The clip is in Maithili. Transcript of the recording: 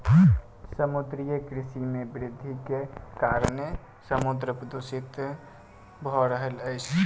समुद्रीय कृषि मे वृद्धिक कारणेँ समुद्र दूषित भ रहल अछि